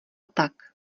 tak